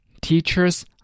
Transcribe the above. teachers